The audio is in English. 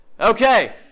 Okay